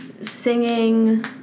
Singing